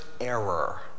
error